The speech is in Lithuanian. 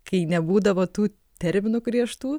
kai nebūdavo tų terminų griežtų